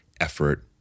effort